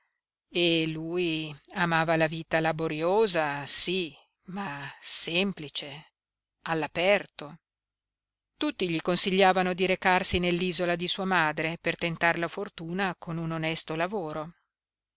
e lui amava la vita laboriosa sí ma semplice all'aperto tutti gli consigliavano di recarsi nell'isola di sua madre per tentar la fortuna con un onesto lavoro